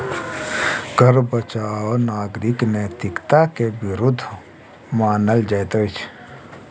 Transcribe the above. कर बचाव नागरिक नैतिकता के विरुद्ध मानल जाइत अछि